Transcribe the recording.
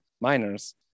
miners